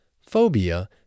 Phobia